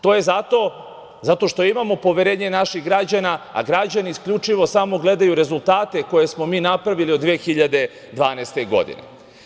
To je zato što imamo poverenje naših građana, a građani isključivo samo gledaju rezultate koje smo mi napravili od 2012. godine.